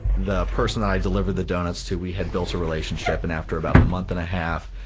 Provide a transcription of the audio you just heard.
the person that i delivered the donuts to, we had built a relationship and after about a month and a half,